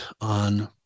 on